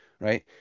right